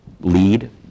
Lead